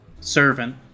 servant